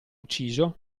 ucciso